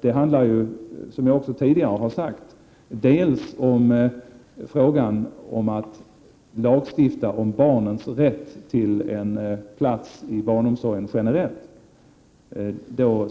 Det handlar, som jag även tidigare har sagt, om att lagstifta om barnens rätt till en plats i barnomsorgen generellt,